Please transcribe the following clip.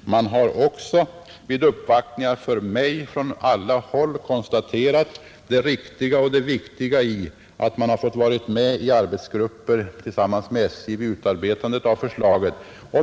Man har även vid uppvaktningar hos mig från alla håll konstaterat det riktiga och viktiga i att man har fått vara med i arbetsgrupper tillsammans med SJ vid utarbetandet av förslaget.